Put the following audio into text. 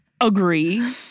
agree